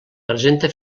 presenta